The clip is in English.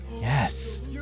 Yes